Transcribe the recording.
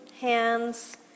hands